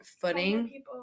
footing